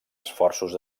esforços